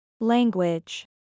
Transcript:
Language